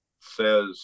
says